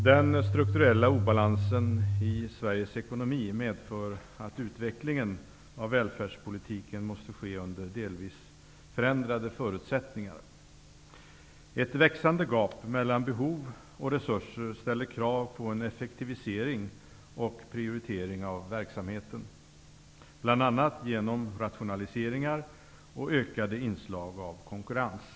Den strukturella obalansen i Sveriges ekonomi medför att utvecklingen av välfärdspolitiken måste ske under delvis förändrade förutsättningar. Ett växande gap mellan behov och resurser ställer krav på en effektivisering och en prioritering av verksamheten, bl.a. genom rationaliseringar och ökade inslag av konkurrens.